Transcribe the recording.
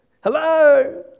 Hello